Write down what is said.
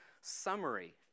summary